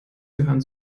gehören